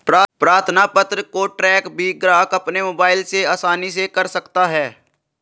प्रार्थना पत्र को ट्रैक भी ग्राहक अपने मोबाइल से आसानी से कर सकता है